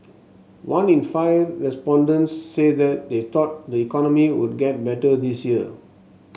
one in five respondents said that they thought the economy would get better this year